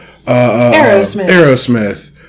Aerosmith